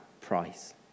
price